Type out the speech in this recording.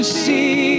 see